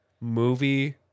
movie